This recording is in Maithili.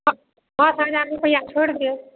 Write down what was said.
पाँच हजार रुपैआ छोड़ि देब